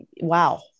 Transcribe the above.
Wow